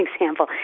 example